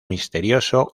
misterioso